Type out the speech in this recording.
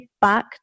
back